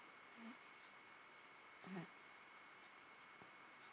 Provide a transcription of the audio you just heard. mm mmhmm